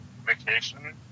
vacation